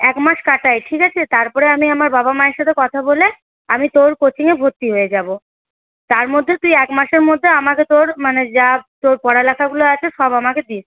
একমাস কাটাই ঠিক আছে তারপর আমি আমার বাবা মায়ের সাথে কথা বলে আমি তোর কোচিংয়ে ভর্তি হয়ে যাবো তারমধ্যে তুই একমাসের মধ্যে আমাকে তোর মানে যা তোর পড়ালেখাগুলো আছে সব আমাকে দিস